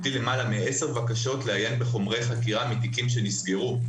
למעלה מעשר בקשות לעיין בחומרי חקירה מתיקים שנסגרו.